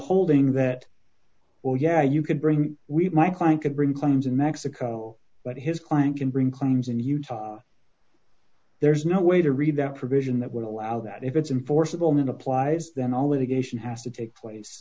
holding that well yeah you could bring we my client could bring claims in mexico but his client can bring claims in utah there's no way to read that provision that would allow that if it's in force of the moment applies then all of a geisha has to take place